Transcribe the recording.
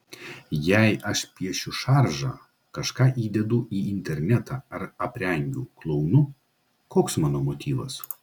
jei aš piešiu šaržą kažką įdedu į internetą ar aprengiu klounu koks mano motyvas